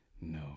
No